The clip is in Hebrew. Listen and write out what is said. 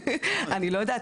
אני לא יודעת.